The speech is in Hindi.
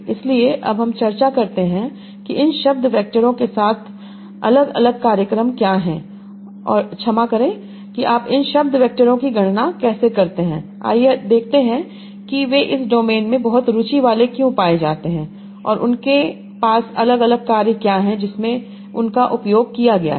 इसलिए अब हम चर्चा करते हैं कि इन शब्द वैक्टरों के साथ अलग अलग कार्य क्रम क्या हैं ओह क्षमा करें कि आप इन शब्द वैक्टरों की गणना कैसे करते हैं आइए देखते हैं कि वे इस डोमेन में बहुत रुचि वाले क्यों पाए जाते हैं और उनके पास अलग अलग कार्य क्या हैं जिसमें उनका उपयोग किया गया है